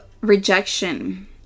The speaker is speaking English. rejection